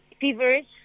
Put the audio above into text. feverish